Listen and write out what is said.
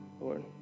Lord